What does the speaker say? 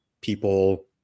People